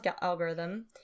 algorithm